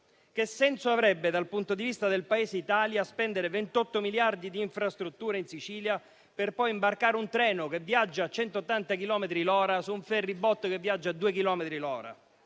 Che senso avrebbe, dal punto di vista del Paese Italia, spendere 28 miliardi di infrastrutture in Sicilia per poi imbarcare un treno che viaggia a 180 chilometri l'ora su un *ferry boat* che viaggia a due